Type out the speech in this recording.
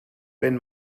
wenn